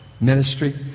ministry